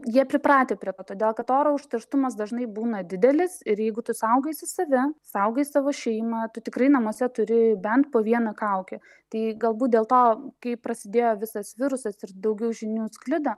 jie pripratę prie to todėl kad oro užterštumas dažnai būna didelis ir jeigu tu saugaisi save saugai savo šeimą tu tikrai namuose turi bent po vieną kaukę tai galbūt dėl to kai prasidėjo visas virusas ir daugiau žinių sklido